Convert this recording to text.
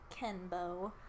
Kenbo